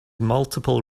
multiple